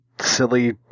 silly